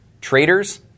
traders